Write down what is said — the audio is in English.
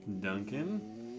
Duncan